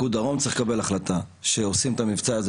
פיקוד דרום צריך לקבל החלטה שעושים את המבצע הזה